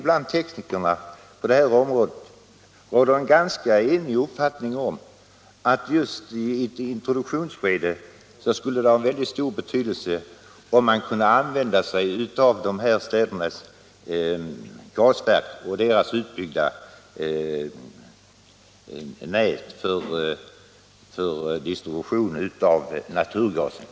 Bland teknikerna på detta område råder en ganska enig uppfattning om att det just i ett introduktionsskede skulle vara betydelsefullt att kunna använda sig av dessa städers gasverk och deras utbyggda nät för distribution av naturgas.